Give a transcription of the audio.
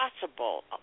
possible